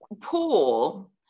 pool